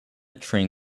train